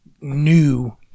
new